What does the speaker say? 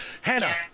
Hannah